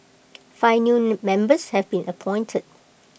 five new members have been appointed